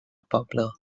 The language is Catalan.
poble